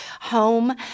home